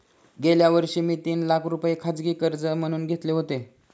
गेल्या वर्षी मी तीन लाख रुपये खाजगी कर्ज म्हणून घेतले होते